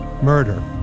Murder